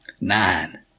Nine